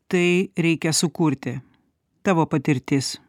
tai reikia sukurti tavo patirtis